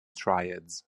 triads